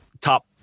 top